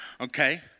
okay